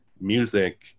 music